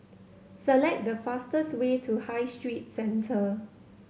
select the fastest way to High Street Centre